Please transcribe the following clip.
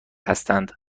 هستند